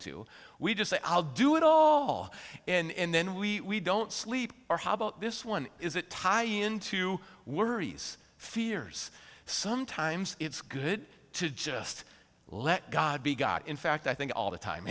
to we just say i'll do it all and then we don't sleep or how about this one is it tie in to worries fears sometimes it's good to just let god be god in fact i think all the time